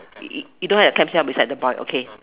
you don't have clam shell beside the boy okay